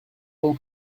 non